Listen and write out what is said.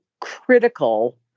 critical